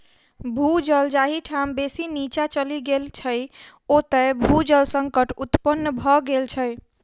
भू जल जाहि ठाम बेसी नीचाँ चलि गेल छै, ओतय भू जल संकट उत्पन्न भ गेल छै